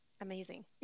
amazing